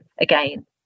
again